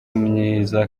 myiza